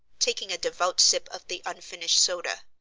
taking a devout sip of the unfinished soda,